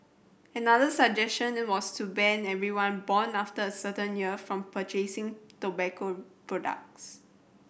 another suggestion was to ban everyone born after a certain year from purchasing tobacco products